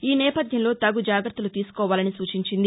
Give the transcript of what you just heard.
ఈ నేపధ్యంలో తగు జాగ్రత్తలు తీసుకోవాలని సూచించింది